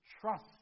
trust